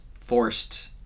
forced